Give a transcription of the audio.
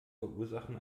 verursachen